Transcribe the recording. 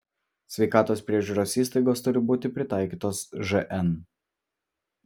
sveikatos priežiūros įstaigos turi būti pritaikytos žn